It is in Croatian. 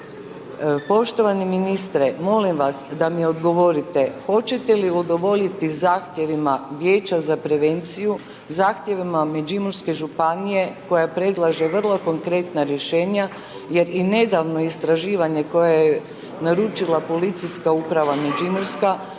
Poštovani ministre, molim vas da mi odgovorite hoćete li udovoljiti zahtjevima Vijeća za prevenciju, zahtjevima Međimurske županije koja predlaže vrlo konkretna rješenja jer i nedavno istraživanje koje je naručila Policijska uprava Međimurska